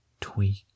Tweak